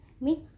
make